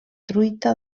truita